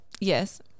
yes